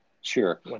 Sure